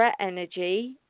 Energy